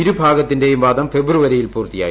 ഇരുഭാഗത്തിന്റെയും വാദം ഫെബ്രുവ രിയിൽ പൂർത്തിയായി